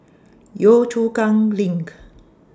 Yio Chu Kang LINK